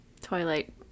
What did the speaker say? Twilight